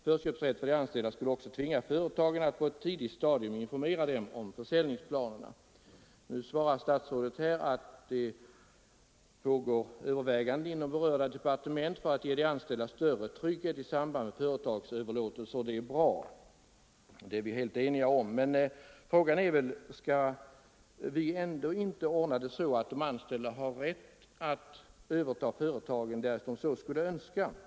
Förköpsrätt för de anställda skulle också tvinga företagen att på ett tidigt stadium informera de anställda om försäljningsplaner. Statsrådet sade här att det pågår överväganden inom berörda departement för att ge de anställda större trygghet i samband med företagsöverlåtelser. Det är bra, det är vi helt eniga om. Men frågan är: Skall vi ändå inte ordna det så att de anställda har rätt att överta företaget, därest de så önskar?